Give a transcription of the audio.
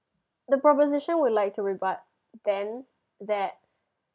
the proposition would like to rebut then that